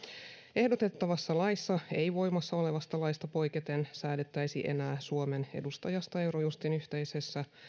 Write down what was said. ehdotettavassa laissa ei voimassa olevasta laista poiketen säädettäisi enää suomen edustajasta eurojustin yhteisessä